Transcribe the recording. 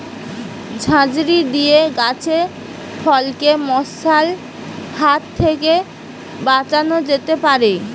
ঝাঁঝরি দিয়ে গাছের ফলকে মশার হাত থেকে বাঁচানো যেতে পারে?